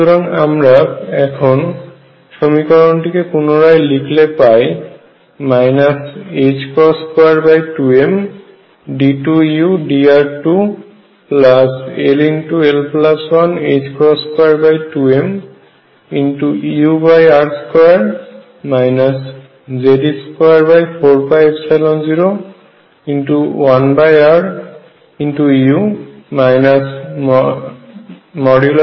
সুতরাং আমরা এখন সমীকরণটিকে পূনরায় লিখলে পাই 22md2udr2 ll122mur2 Ze24π01ru